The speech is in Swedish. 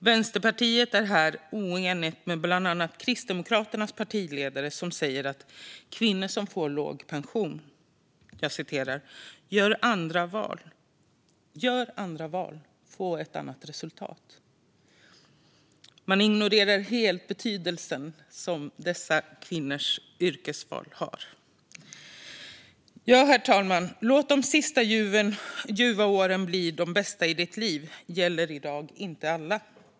Vänsterpartiet är här oenigt med bland annat Kristdemokraterna, vars partiledare säger om kvinnor som får låg pension: "Gör andra val, få annat resultat." Man ignorerar helt betydelsen av dessa kvinnors yrkesval. Herr ålderspresident! "Så låt de sista ljuva åren bli de bästa i vårt liv" gäller i dag inte alla.